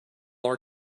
our